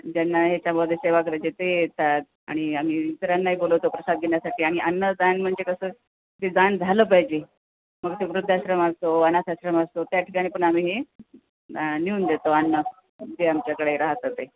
ज्यांना ह्यांच्यामध्ये सेवा करायचे ते येतात आणि आम्ही इतरांनाही बोलवतो प्रसाद घेण्यासाठी आणि अन्नदान म्हणजे कसं त ते दान झालं पाहिजे मग ते वृद्धाश्रम असो अनाथ आश्रम असतो त्या ठिकाणी पण आम्ही नेऊन देतो अन्न जे आमच्याकडे राहतं ते